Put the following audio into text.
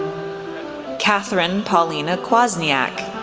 katherine paulina kwasniak,